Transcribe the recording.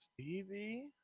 Stevie